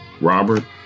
Robert